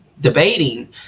debating